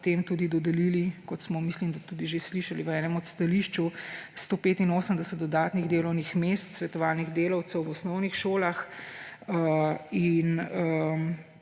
smo potem tudi dodelili, kot smo, mislim da, tudi že slišali v enem od stališč, 185 dodatnih delovnih mest svetovalnih delavcev v osnovnih šolah in